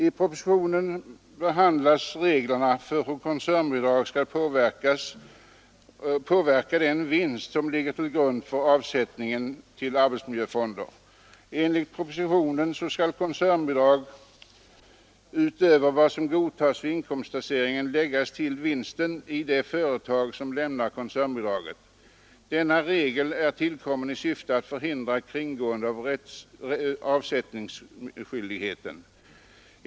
I propositionen behandlas reglerna för hur koncernbidrag skall påverka den vinst som ligger till grund för avsättningen till arbetsmiljöfonden. Enligt propositionen skall koncernbidrag utöver vad som godtas vid inkomsttaxeringen läggas till vinsten i det företag som lämnar koncernbidraget. Denna regel är tillkommen i syfte att förhindra kringgående av avsättningsskyldigheten.